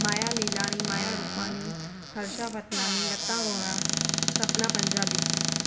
Maya Lilani Maya Rupani Harsha Vatanani Lata Vohra Sapna Punjabi